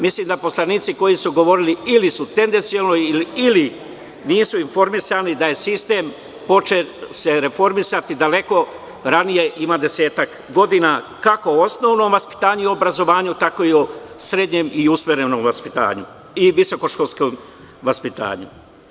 Mislim, da poslanici koji su govorili, ili su tendenciono, ili nisu informisani da je sistem počeo se reformisati daleko ranije, ima desetak godina, kako u osnovnom vaspitanju i obrazovanju tako i u srednjem i usmerenom vaspitanju i visokoškolskom vaspitanju.